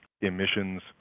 emissions